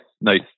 nice